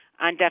on